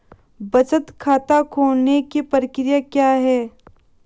बचत खाता खोलने की प्रक्रिया क्या है?